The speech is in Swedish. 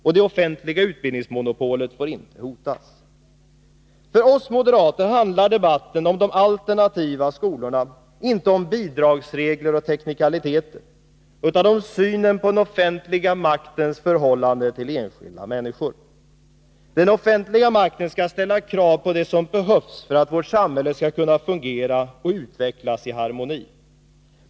Och det offentliga utbildningsmonopolet får inte hotas. För oss moderater handlar debatten om de alternativa skolorna, inte om bidragsregler och teknikaliteter, utan om synen på den offentliga maktens förhållande till enskilda människor. Den offentliga makten skall ställa krav på det som behövs för att vårt samhälle skall kunna fungera och utvecklas i harmoni.